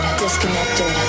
disconnected